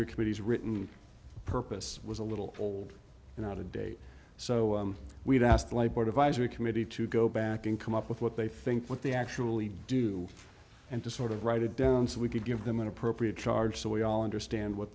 advisory committees written purpose was a little old and out of date so we've asked labor advisory committee to go back and come up with what they think what they actually do and to sort of write it down so we could give them an appropriate charge so we all understand what